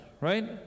right